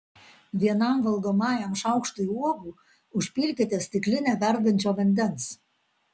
vienam valgomajam šaukštui uogų užpilkite stiklinę verdančio vandens